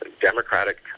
democratic